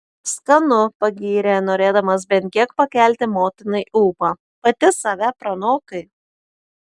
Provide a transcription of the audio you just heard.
skanu pagyrė norėdamas bent kiek pakelti motinai ūpą pati save pranokai